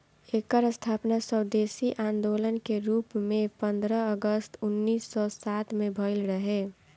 एकर स्थापना स्वदेशी आन्दोलन के रूप में पन्द्रह अगस्त उन्नीस सौ सात में भइल रहे